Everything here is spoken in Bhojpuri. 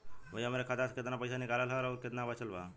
भईया हमरे खाता मे से कितना पइसा निकालल ह अउर कितना बचल बा?